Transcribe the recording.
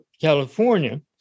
California